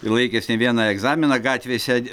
ir laikęs ne vieną egzaminą gatvėse